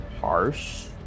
harsh